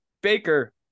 Baker